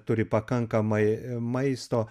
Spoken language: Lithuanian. turi pakankamai maisto